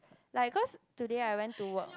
like cause today I went to work